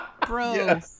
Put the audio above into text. Bro